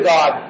God